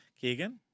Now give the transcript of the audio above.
Keegan